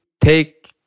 take